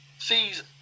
sees